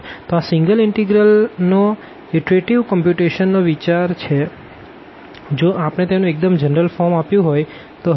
તો આ single integral નો ઈટરેટીવ કંપ્યુટેશન નો વિચાર છે જો આપણે તેનું એકદમ જનરલ ફોર્મ આપ્યું હોઈ તો